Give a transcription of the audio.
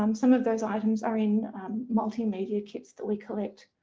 um some of those items are in multimedia kits that we collect